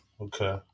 Okay